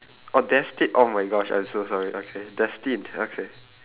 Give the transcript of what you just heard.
oh desti~ oh my gosh I'm so sorry okay destined okay